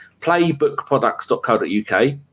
playbookproducts.co.uk